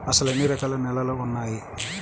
అసలు ఎన్ని రకాల నేలలు వున్నాయి?